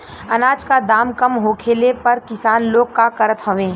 अनाज क दाम कम होखले पर किसान लोग का करत हवे?